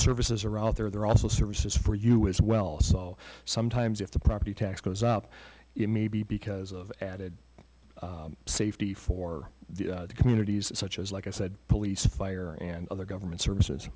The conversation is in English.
services are out there they're also services for you as well so sometimes if the property tax goes up maybe because of added safety for the communities such as like i said police fire and other government services